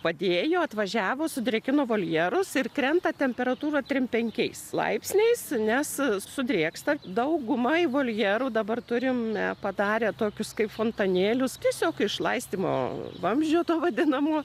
padėjo atvažiavo sudrėkino voljerus ir krenta temperatūra trim penkiais laipsniais nes sudrėksta dauguma voljerų dabar turime padarę tokius kaip fontanėlius tiesiog iš laistymo vamzdžio to vadinamo